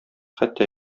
хәтта